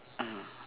um